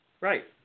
Right